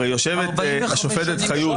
הרי יושבת השופטת חיות --- 45 שנים שולטים ובוכים.